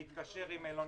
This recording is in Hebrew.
להתקשר עם מלוניות,